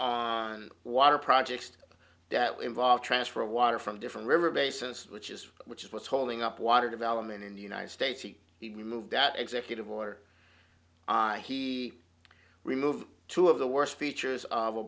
on water projects that involve transfer of water from different river basins which is which is what's holding up water development in the united states he moved that executive order he removed two of the worst features of